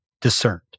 discerned